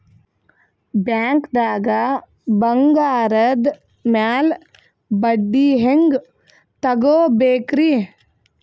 ಬ್ಯಾಂಕ್ದಾಗ ಬಂಗಾರದ್ ಮ್ಯಾಲ್ ಬಡ್ಡಿ ಹೆಂಗ್ ತಗೋಬೇಕ್ರಿ?